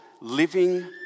living